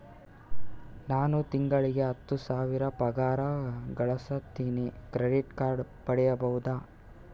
ನಾನು ತಿಂಗಳಿಗೆ ಹತ್ತು ಸಾವಿರ ಪಗಾರ ಗಳಸತಿನಿ ಕ್ರೆಡಿಟ್ ಕಾರ್ಡ್ ಪಡಿಬಹುದಾ?